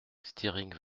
stiring